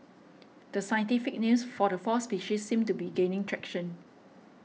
the scientific names for the four species seem to be gaining traction